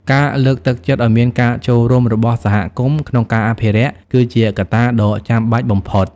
ការលើកទឹកចិត្តឲ្យមានការចូលរួមរបស់សហគមន៍ក្នុងការអភិរក្សគឺជាកត្តាដ៏ចាំបាច់បំផុត។